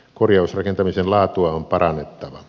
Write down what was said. korjausrakentamisen laatua on parannettava